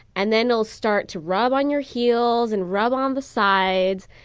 and then they'll start to rub on your heels and rub on the sides,